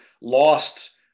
lost